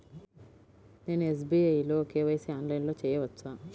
నేను ఎస్.బీ.ఐ లో కే.వై.సి ఆన్లైన్లో చేయవచ్చా?